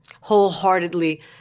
wholeheartedly